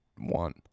one